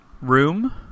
Room